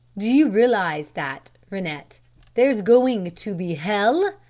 do you realise that, rennett there's going to be hell!